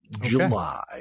July